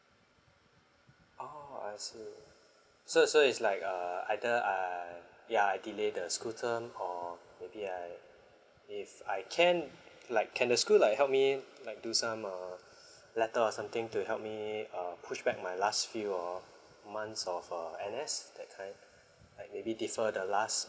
oh I see so so it's like uh either I ya I delay the school term or maybe I if I can like can the school like help me like do some uh letter or something to help me uh push back my last few or months of uh N_S that kind like maybe defer the last